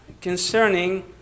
concerning